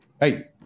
hey